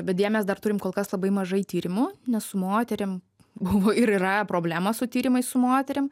bet deja mes dar turim kol kas labai mažai tyrimų nes su moterim buvo ir yra problema su tyrimais su moterim